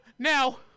Now